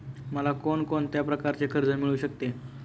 मला कोण कोणत्या प्रकारचे कर्ज मिळू शकते?